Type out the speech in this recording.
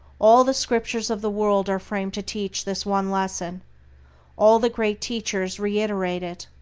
all the scriptures of the world are framed to teach this one lesson all the great teachers reiterate it.